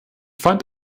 fand